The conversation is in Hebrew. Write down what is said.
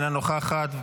אינה נוכחת,